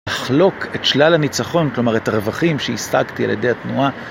לחלוק את שלל הניצחון, כלומר את הרווחים שהשגתי על ידי התנועה.